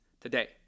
today